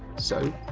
so,